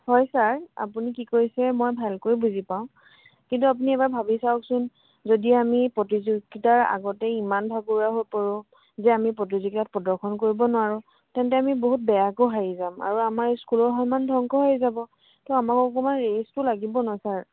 হয় ছাৰ আপুনি কি কৰিছে মই ভালকৈ বুজি পাওঁ কিন্তু আপুনি এবাৰ ভাবি চাওঁকচোন যদি আমি প্ৰতিযোগিতাৰ আগতেই ইমান ভাগৰুৱা হৈ পৰোঁ যে আমি প্ৰতিযোগিতাত প্ৰদৰ্শন কৰিব নোৱাৰোঁ তেন্তে আমি বহুত বেয়াকৈ হাৰি যাম আৰু আমাৰ স্কুলৰ সন্মান ধংস হৈ যাব ত' আমাক অকণমান ৰেষ্টটো লাগিব ন ছাৰ